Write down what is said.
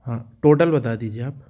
हाँ टोटल बता दीजिए आप